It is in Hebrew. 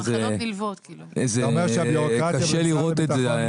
קשה לראות את זה.